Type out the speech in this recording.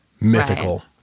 mythical